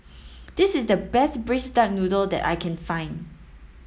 this is the best braised duck noodle that I can find